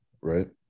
right